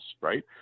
right